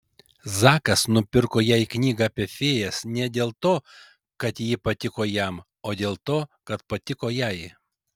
zakas nupirko jai knygą apie fėjas ne dėl to kad ji patiko jam o dėl to kad patiko jai